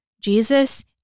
Jesus